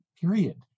period